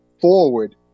forward